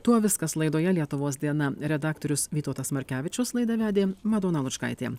tuo viskas laidoje lietuvos diena redaktorius vytautas markevičius laidą vedė madona lučkaitė